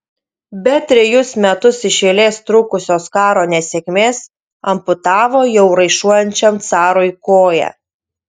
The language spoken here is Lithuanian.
bet trejus metus iš eilės trukusios karo nesėkmės amputavo jau raišuojančiam carui koją